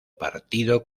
partido